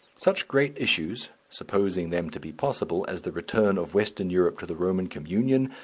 such great issues, supposing them to be possible, as the return of western europe to the roman communion,